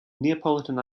neapolitan